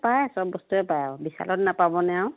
পায় চব বস্তুয়েই পায় আৰু বিশালত নাপাবনে আৰু